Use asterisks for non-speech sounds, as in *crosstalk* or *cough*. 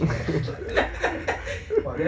*laughs*